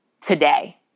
today